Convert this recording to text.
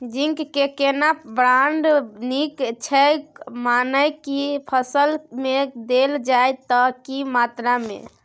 Zinc के केना brand नीक छैय मकई के फसल में देल जाए त की मात्रा में?